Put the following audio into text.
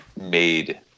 made